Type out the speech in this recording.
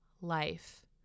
life